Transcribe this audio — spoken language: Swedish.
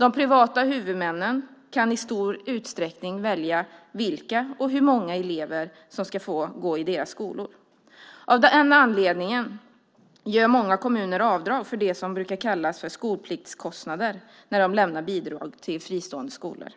De privata huvudmännen kan i stor utsträckning välja vilka och hur många elever som ska få gå i deras skolor. Av den anledningen gör många kommuner avdrag för det som brukar kallas för skolpliktskostnader när de lämnar bidrag till fristående skolor.